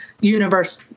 universe